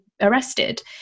arrested